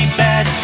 bad